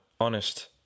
honest